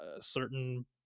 certain